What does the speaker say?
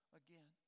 again